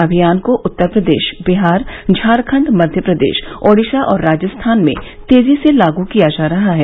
अभियान को उत्तरप्रदेश बिहार झारखंड मध्य प्रदेश ओडिसा और राजस्थान में तेजी से लागू किया जा रहा है